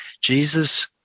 Jesus